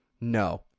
No